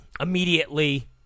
Immediately